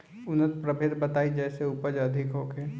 उन्नत प्रभेद बताई जेसे उपज अधिक होखे?